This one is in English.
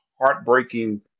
heartbreaking